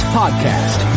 podcast